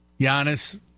Giannis